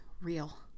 real